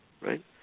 right